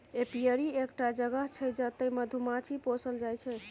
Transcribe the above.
apiary एकटा जगह छै जतय मधुमाछी पोसल जाइ छै